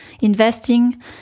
investing